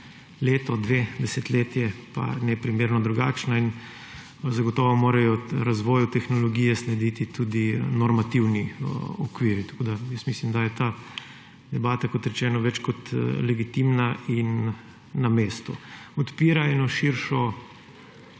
leto, dve, desetletje pa neprimerno drugačna in zagotovo morajo razvoju tehnologije slediti tudi normativni okviri. Tako mislim, da je ta debata, kot rečeno, več kot legitimna in na mestu. Odpira širšo